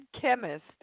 chemist